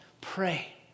pray